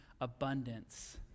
abundance